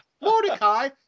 Mordecai